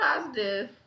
positive